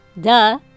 duh